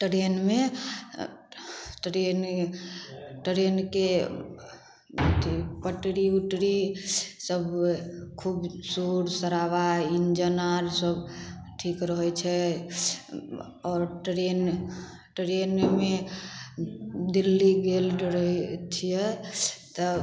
ट्रेनमे ट्रेन ट्रेनके अथी पटरी पटरी उटरी सब खूब शोर शराबा इंजन आर सब ठीक रहै छै आओर ट्रेन ट्रेनमे दिल्ली गेल रह छियै तऽ